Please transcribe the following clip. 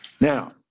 Now